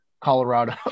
colorado